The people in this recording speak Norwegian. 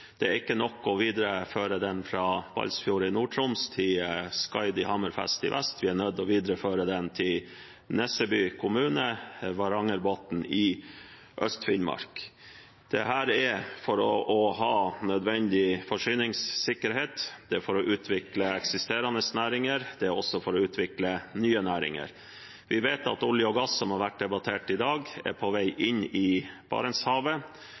Det er ikke nok å videreføre den fra Balsfjord i Troms til Skaidi/Hammerfest i Vest-Finnmark, vi er nødt til å videreføre den til Nesseby kommune, Varangerbotn i Øst-Finnmark. Det er for å ha nødvendig forsyningssikkerhet, det er for å utvikle eksisterende næringer, og det er også for å utvikle nye næringer. Vi vet at olje- og gassnæringen, som har vært debattert i dag, er på vei inn i Barentshavet.